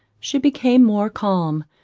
she became more calm,